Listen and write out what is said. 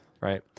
right